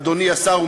אדוני השר.